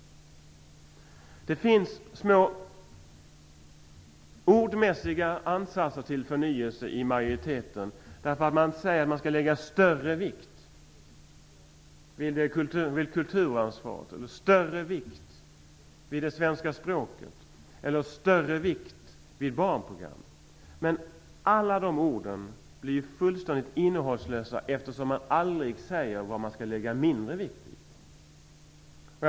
Det finns små ordmässiga ansatser till förnyelse i majoritetens skrivning. Man säger att man skall lägga större vikt vid kulturansvaret, större vikt vid det svenska språket eller större vikt vid barnprogram. Men alla de orden blir fullständigt innehållslösa, eftersom man aldrig säger vad man skall lägga mindre vikt vid.